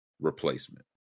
replacement